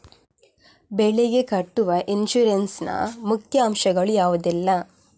ಬೆಳೆಗೆ ಕಟ್ಟುವ ಇನ್ಸೂರೆನ್ಸ್ ನ ಮುಖ್ಯ ಅಂಶ ಗಳು ಯಾವುದೆಲ್ಲ?